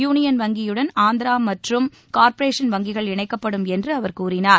union வங்கியுடன் ஆந்திரா மற்றும் Corporation வங்கிகள் இணைக்கப்படும் என்று அவர் கூறினார்